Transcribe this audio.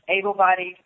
able-bodied